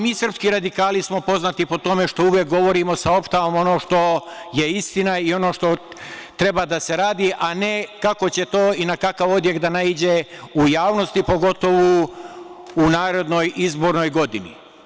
Mi srpski radikali smo poznati po tome što uvek govorimo, saopštavamo ono što je istina i ono što treba da se radi, a ne kako će to i na kakav odjek da naiđe u javnosti, pogotovo u narednoj izbornoj godini.